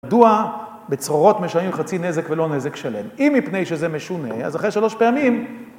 מדוע בצרורות משלמים חצי נזק ולא נזק שלם? אם מפני שזה משונה, אז אחרי שלוש פעמים...